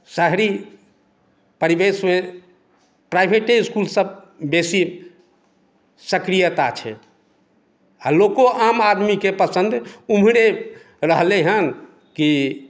शहरी परिवेशमे प्राइभेटे इस्कुलसभ बेसी सक्रियता छै आ लोको आम आदमीके पसन्द ओम्हरे रहलै हेँ कि